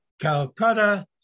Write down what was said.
Calcutta